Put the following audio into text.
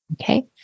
okay